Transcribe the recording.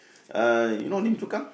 uh you know Lim-Chu-Kang